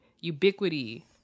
ubiquity